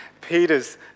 Peter's